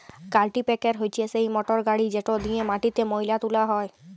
কাল্টিপ্যাকের হছে সেই মটরগড়ি যেট দিঁয়ে মাটিতে ময়লা তুলা হ্যয়